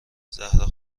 زهرا